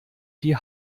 die